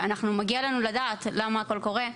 ומגיע לנו לדעת למה הכול קורה,